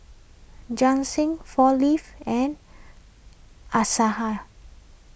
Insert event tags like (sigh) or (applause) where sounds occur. (unintelligible) four Leaves and Asahi